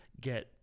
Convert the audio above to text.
get